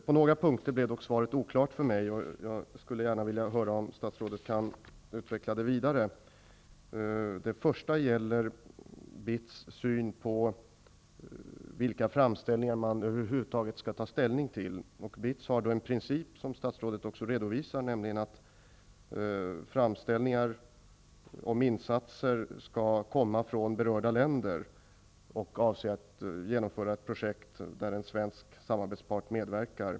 På några punkter blev dock svaret oklart för mig, och jag skulle gärna vilja höra om statsrådet kan utveckla synpunkterna vidare. Det gäller först BITS syn på vilka framställningar man över huvud taget skall ta ställning till. BITS har då en princip, som statsrådet också redovisar, nämligen att framställningar om insatser skall komma från berörda länder och avse genomförande av ett projekt där en svensk samarbetspart medverkar.